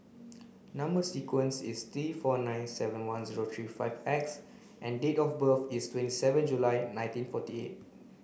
number sequence is T four nine seven one zero three five X and date of birth is twenty seven July nineteen forty eight